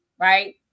right